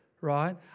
right